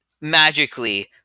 magically